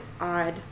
odd